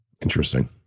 Interesting